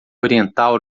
oriental